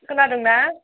खोनादों ना